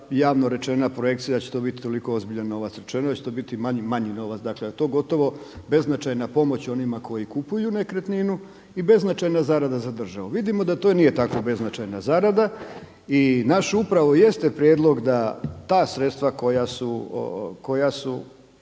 javno rečena projekcija da će to biti toliko ozbiljan novac, rečeno je da će to biti manji novac, da je to gotovo beznačajna pomoć onima koji kupuju nekretninu i beznačajna zarada za državu. Vidimo da to nije tako beznačajna zarada. I naš upravo jeste prijedlog da ta sredstva koja su,